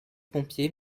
pompier